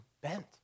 bent